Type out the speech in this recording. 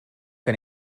que